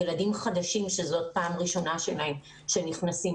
ילדים חדשים שזו פעם ראשונה שלהם שהם נכנסים